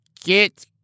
get